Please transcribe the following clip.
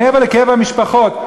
מעבר לכאב המשפחות,